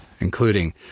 including